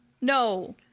no